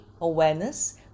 awareness